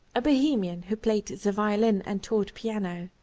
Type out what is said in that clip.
a bohemian who played the violin and taught piano.